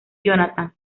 jonathan